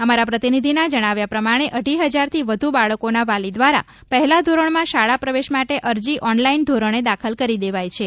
અમારા પ્રતિનિધિના જણાવ્યા પ્રમાણે અઢી હજારથી વધ બાળકોના વાલી દ્વારા પહેલા ધોરણમાં શાળા પ્રવેશ માટે અરજી ઓનલાઇન ધોરણે દાખલ કરી દેવાઇ છે